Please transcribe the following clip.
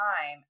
time